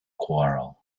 quarrel